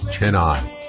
Chennai